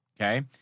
Okay